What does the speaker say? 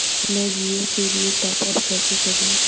मैं जिओ के लिए टॉप अप कैसे करूँ?